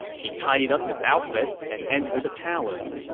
he tidied up his outfit and entered the palace.